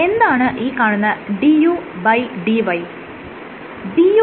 എന്താണ് ഈ കാണുന്ന dudy